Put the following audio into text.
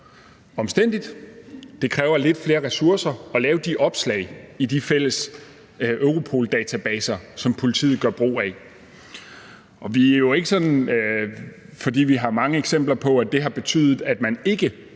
omstændeligt. Det kræver lidt flere ressourcer at lave de opslag i de fælles Europol-databaser, som politiet gør brug af. Det er jo ikke, fordi vi har mange eksempler på, at det har betydet, at man ikke